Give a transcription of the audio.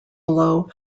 below